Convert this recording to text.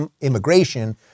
immigration